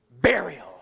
burial